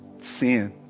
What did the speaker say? Sin